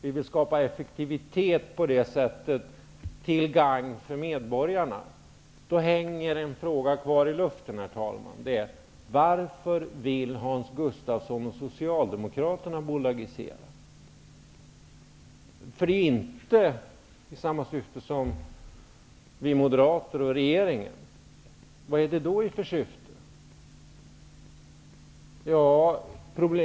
Vi vill skapa effektivitet på det här sättet, till medborgarnas gagn. Men då hänger en fråga i luften, nämligen: Varför vill Hans Gustafsson och Socialdemokraterna bolagisera? Man har inte samma syfte som vi moderater och regeringen. I vilket syfte vill man då bolagisera?